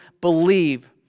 believe